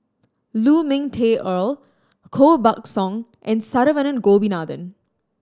Lu Ming Teh Earl Koh Buck Song and Saravanan Gopinathan